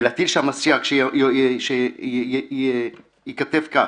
ולהטיל שם סייג, שייכתב כך: